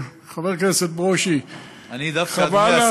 חבר הכנסת ברושי,